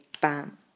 bam